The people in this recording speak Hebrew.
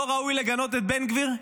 לא ראוי לגנות את בן גביר?